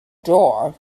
door